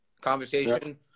conversation